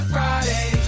Friday